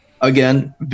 again